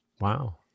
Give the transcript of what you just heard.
Wow